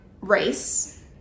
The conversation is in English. race